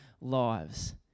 lives